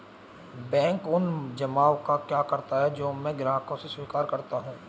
Bank उन जमाव का क्या करता है जो मैं ग्राहकों से स्वीकार करता हूँ?